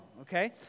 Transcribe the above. okay